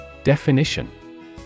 Definition